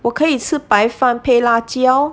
我可以吃白饭配辣椒